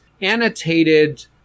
annotated